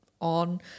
on